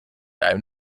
einem